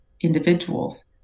individuals